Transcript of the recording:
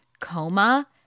coma